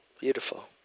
Beautiful